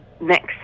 next